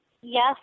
yes